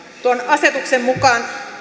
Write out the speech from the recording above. tuon asetuksen mukaan